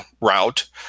route